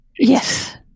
Yes